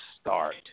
start